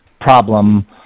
problem